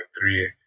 three